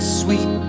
sweet